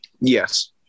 Yes